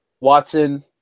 Watson